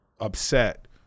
upset